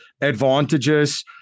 advantages